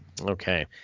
Okay